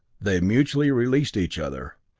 they mutually released each other,